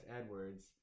Edwards